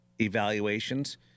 evaluations